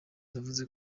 yavuze